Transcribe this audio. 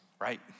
Right